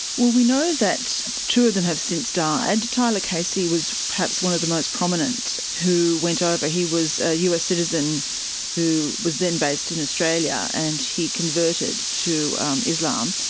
well, we know that two of them have since died. tyler casey was perhaps one of the most prominent who went over. he was a us citizen who was then based in australia, and he converted to islam.